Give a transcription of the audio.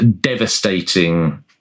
devastating